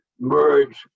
merge